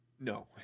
No